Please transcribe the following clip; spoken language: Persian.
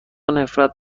نفرت